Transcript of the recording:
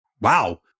Wow